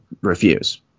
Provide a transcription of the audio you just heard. refuse